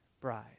bride